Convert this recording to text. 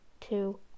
two